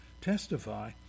testify